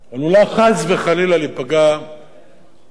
עלולה חס וחלילה להיפגע פרנסתם,